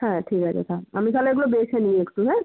হ্যাঁ ঠিক আছে থাক আমি তাহলে এগুলো বেছে নিই একটু হ্যাঁ